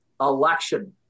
election